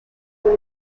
una